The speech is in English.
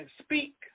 speak